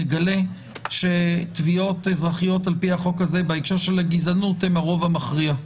נגלה שתביעות אזרחיות על פי החוק הזה בהקשר של הגזענות הן הרוב המכריע,